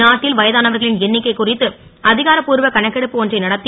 நாட்டில் வயதானவர்களின் எண்ணிக்கை குறித்து அ காரபூர்வ கணக்கெடுப்பு ஒன்றை நடத்